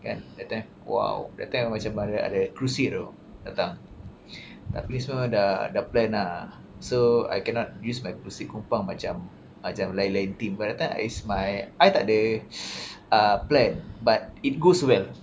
kan that time !wow! that time I macam ada crusader datang tapi tu semua dah plan lah so I cannot use my proceed kompang macam macam lain-lain team pula kalau tak I smile I tak ada uh plan but it goes well